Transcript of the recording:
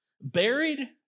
buried